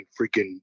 freaking